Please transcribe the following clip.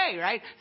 right